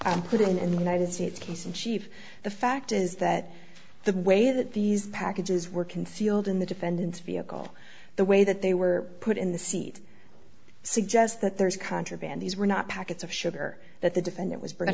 was put in in the united states case in chief the fact is that the way that these packages were concealed in the defendant's vehicle the way that they were put in the seed suggests that there is contraband these were not packets of sugar that the defendant was b